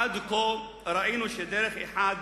עד כה ראינו שדרך אחת